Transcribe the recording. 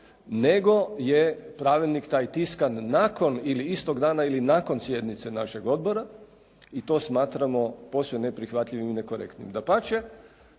nego je pravilnik taj tiskan nakon ili istog dana nakon sjednice našeg odbora i to smatramo posve neprihvatljivim i nekorektnim. Dapače,